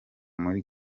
muri